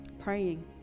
praying